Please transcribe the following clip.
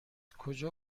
کجا